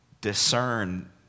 discern